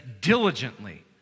diligently